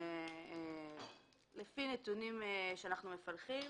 לפי נתונים שאנחנו מפלחים,